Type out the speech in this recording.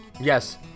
Yes